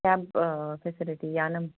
cab facility यानम्